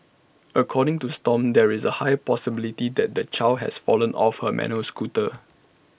according to stomp there is A high possibility that the child has fallen off her manual scooter